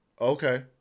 Okay